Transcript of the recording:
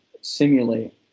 simulate